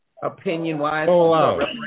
Opinion-wise